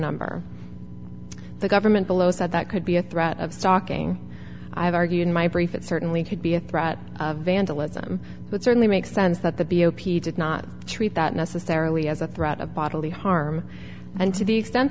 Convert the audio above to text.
number the government below said that could be a threat of stalking i have argued in my brief it certainly could be a threat of vandalism it certainly makes sense that the b o p did not treat that necessarily as a threat of bodily harm and to the extent